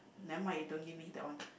never mind you don't give me that one